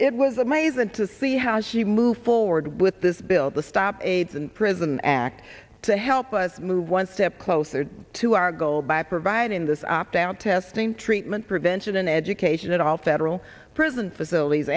it was amazing to see how she moved forward with this bill to stop aids and prison act to help us move one step closer to our goal by providing this opt out testing treatment prevention and education at all federal prison facilities